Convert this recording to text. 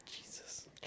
Jesus